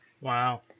Wow